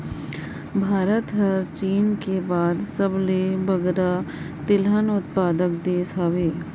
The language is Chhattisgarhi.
भारत हर चीन कर बाद सबले बगरा तिलहन उत्पादक देस हवे